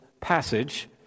passage